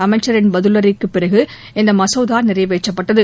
அமைச்சரின் பதிலுரைக்குப் பிறகு இந்த மசோதா நிறைவேற்றப்பட்டது